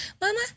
Mama